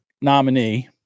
nominee